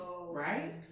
Right